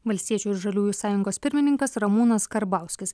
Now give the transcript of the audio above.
valstiečių ir žaliųjų sąjungos pirmininkas ramūnas karbauskis